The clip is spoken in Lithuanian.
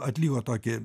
atliko tokį